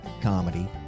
comedy